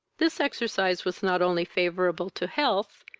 this exercise was not only favourable to health,